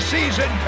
season